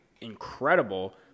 incredible